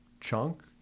chunk